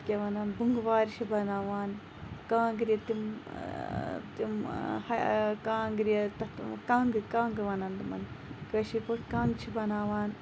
تَتھ کیاہ وَنان بٕنٛگۍ وارِ چھِ بَناوان کانٛگرِ تِم تِم کانٛگرِ تَتھ کَنٛگ کَنٛگ وَنان تِمَن کٲشِر پٲٹھۍ کَنٛگ چھِ بَناوان